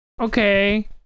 okay